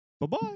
Bye-bye